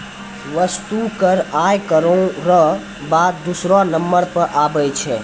वस्तु कर आय करौ र बाद दूसरौ नंबर पर आबै छै